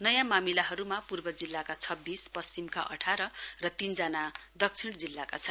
नयाँ मामिलाहरूमा पूर्व जिल्लाका छब्बीस पश्चिमका अठार र तीनजना दक्षिण जिल्लाका छन्